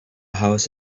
house